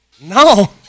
No